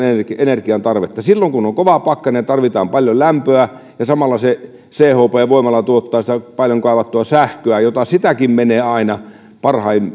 energiantarvetta silloin kun on kova pakkanen ja tarvitaan paljon lämpöä ja samalla se se chp voimala tuottaa sitä paljon kaivattua sähköä jota sitäkin menee aina parhaiten